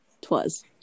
Twas